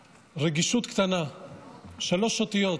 חברים: רגישות קטנה, שלוש אותיות,